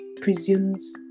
presumes